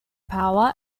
power